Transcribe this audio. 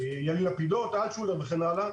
יאיר לפידות, אלטשולר, וכן הלאה.